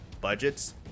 budgets